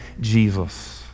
Jesus